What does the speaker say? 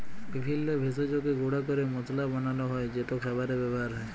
বিভিল্য ভেষজকে গুঁড়া ক্যরে মশলা বানালো হ্যয় যেট খাবারে ব্যাবহার হ্যয়